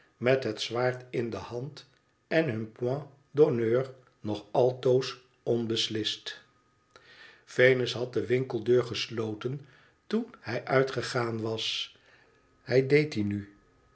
met het zwaard in de hand en hun point d'honneur nog altoos onbeslist venus had de winkeldeur gesloten toen hij uitgegaan was hij deed die nu